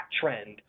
trend